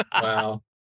Wow